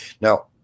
Now